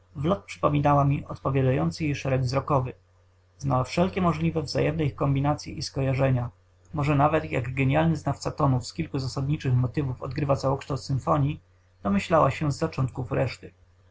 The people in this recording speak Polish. przypominała mi odpowiadający jej szereg wzrokowy znała wszelkie możliwe wzajemne ich kombinacye i skojarzenia może nawet jak genialny znawca tonów z kilku zasadniczych motywów dogrywa całokształt symfonii domyślała się z zaczątków reszty